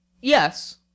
Yes